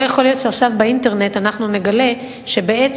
לא יכול להיות שעכשיו אנחנו נגלה באינטרנט שאף